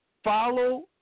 Follow